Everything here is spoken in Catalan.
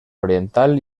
oriental